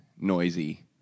Noisy